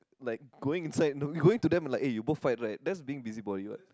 like going inside you know going to them like you both fight right that's being busybody what